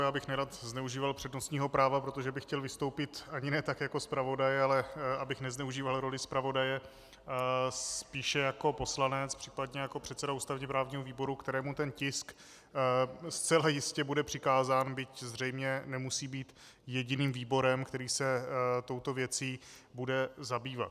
Já bych nerad zneužíval přednostního práva, protože bych chtěl vystoupit ani ne tak jako zpravodaj, ale abych nezneužíval roli zpravodaje, spíše jako poslanec, případně jako předseda ústavněprávního výboru, kterému ten tisk zcela jistě bude přikázán, byť zřejmě nemusí být jediným výborem, který se touto věcí bude zabývat.